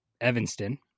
Evanston